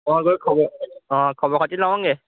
অঁ গৈ খবৰ অঁ খবৰ খাতি লওঁগৈ